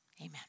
Amen